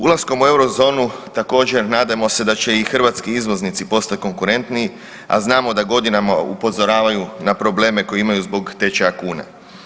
Ulaskom u Eurozonu također nadamo se da će i hrvatski izvoznici postati konkurentniji, a znamo da godinama upozoravaju na probleme koje imaju zbog tečaja kune.